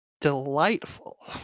delightful